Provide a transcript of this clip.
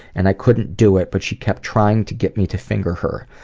and i couldn't do it, but she kept trying to get me to finger her.